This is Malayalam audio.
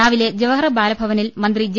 രാവിലെ ജവഹർ ബാലഭവനിൽ മന്ത്രി ജെ